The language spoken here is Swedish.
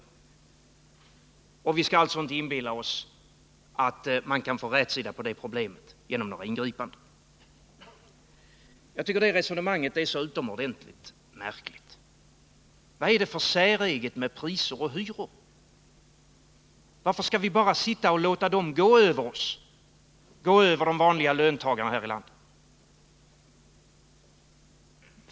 Vi skall alltså inte inbilla oss att man kan få rätsida på de problemen genom några ingripanden. Jag tycker att det resonemanget är utomordentligt märkligt. Vad är det för säreget med priser och hyror? Varför skall vi bara sitta overksamma och låta prisoch hyreshöjningar gå ut över de vanliga löntagarna här i landet?